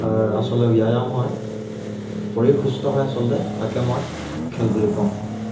আচলতে ব্যায়াম হয় শৰীৰ সুস্থ হয় আচলতে তাকে মই খেল বুলি কওঁ